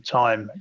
time